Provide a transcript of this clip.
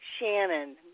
Shannon